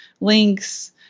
links